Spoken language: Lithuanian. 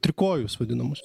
trikojus vadinamus